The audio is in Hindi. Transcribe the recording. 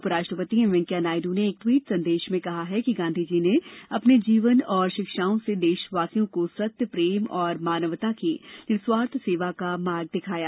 उप राष्ट्रपति एम वेंकैया नायडू ने एक ट्वीट संदेश में कहा है कि गांधीजी ने अपने जीवन और शिक्षाओं से देशवासियों को सत्यप्रेम और मानवता की निःस्वार्थ सेवा का मार्ग दिखाया